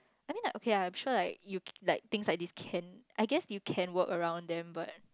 I mean like okay lah I'm sure like you like things like this can I guess you can you can work around them but